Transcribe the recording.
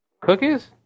Cookies